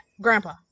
Grandpa